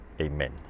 Amen